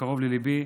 שקרוב לליבי,